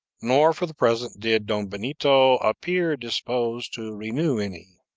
nor, for the present, did don benito appear disposed to renew any.